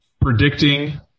predicting